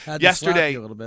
Yesterday